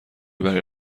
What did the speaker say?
برای